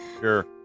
Sure